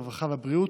הרווחה והבריאות,